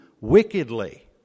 wickedly